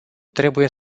trebuie